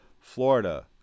Florida